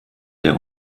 der